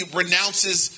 renounces